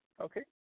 Okay